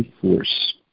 force